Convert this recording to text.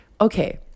okay